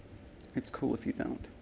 it's cool if you don't.